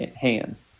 hands